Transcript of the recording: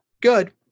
good